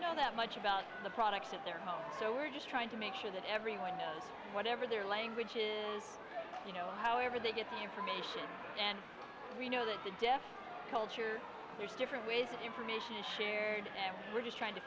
know that much about the products at their home so we're just trying to make sure that everyone knows whatever their language is you know how ever they get the information and we know that the deaf culture there's different ways information is shared and we're just trying to